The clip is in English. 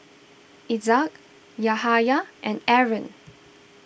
Izzat Yahaya and Aaron